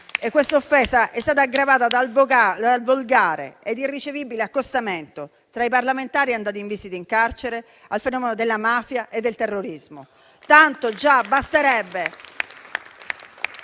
Questa offesa è stata aggravata dal volgare e irricevibile accostamento tra i parlamentari andati in visita in carcere al fenomeno della mafia e del terrorismo. Tanto già basterebbe